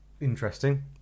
Interesting